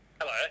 hello